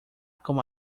como